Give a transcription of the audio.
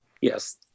yes